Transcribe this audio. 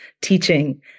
teaching